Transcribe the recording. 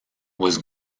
was